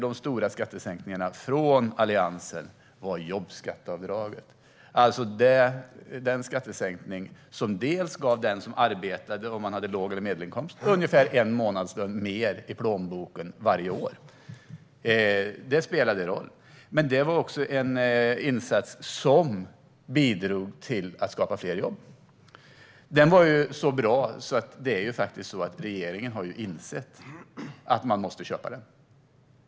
De stora skattesänkningarna från Alliansen var jobbskatteavdragen, som gav den som arbetade med låg inkomst eller medelinkomst ungefär en månadslön mer i plånboken varje år. Det spelade roll. Men det var också en insats som bidrog till att skapa fler jobb. Den var så bra att regeringen faktiskt har insett att man måste "köpa" den.